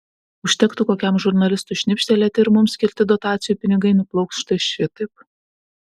užtektų kokiam žurnalistui šnipštelėti ir mums skirti dotacijų pinigai nuplauks štai šitaip